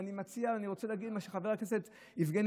ואני רוצה להגיד מה שחבר הכנסת יבגני